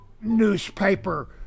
newspaper